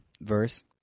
verse